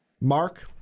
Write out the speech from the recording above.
Mark